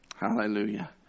Hallelujah